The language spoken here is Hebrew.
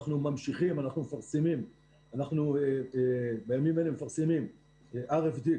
אנחנו ממשיכים ומפרסמים בימים אלה RFD,